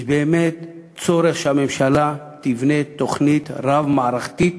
יש באמת צורך שהממשלה תבנה תוכנית רב-מערכתית